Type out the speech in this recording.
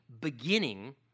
beginning